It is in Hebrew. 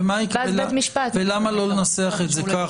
ואז בית משפט --- למה לא לנסח את זה כך